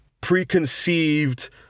preconceived